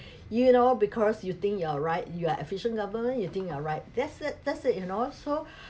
you know because you think you're right you are efficient government you think you're right that's it that's it you know so